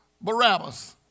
Barabbas